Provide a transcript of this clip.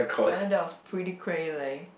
I think that was pretty crazy